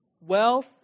wealth